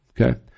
Okay